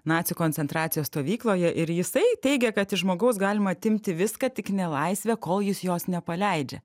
nacių koncentracijos stovykloje ir jisai teigia kad iš žmogaus galima atimti viską tik ne laisvę kol jis jos nepaleidžia